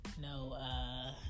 No